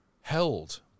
held